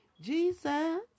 Jesus